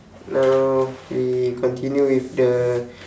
now we continue with the